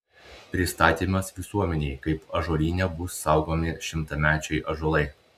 pristatymas visuomenei kaip ąžuolyne bus saugomi šimtamečiai ąžuolai